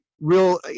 real